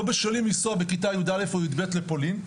לא בשלים לנסוע בכיתה י"א או י"ב לפולין.